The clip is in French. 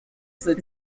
cinq